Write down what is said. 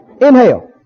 inhale